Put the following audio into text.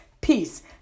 peace